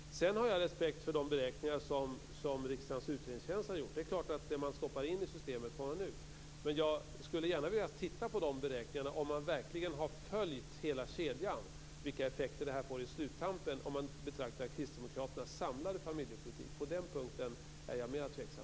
Jag har respekt för de beräkningar som riksdagens utredningstjänst har gjort. Det är klart att det man stoppar in i systemet får man ut men jag skulle gärna vilja titta på beräkningarna för att se om man verkligen har följt hela kedjan - vilka effekter det här får på sluttampen; sett till Kristdemokraternas samlade familjepolitik. På den punkten är jag mera tveksam.